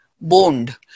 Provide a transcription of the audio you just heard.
bond